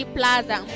Plaza